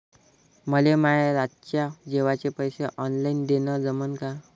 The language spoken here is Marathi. मले माये रातच्या जेवाचे पैसे ऑनलाईन देणं जमन का?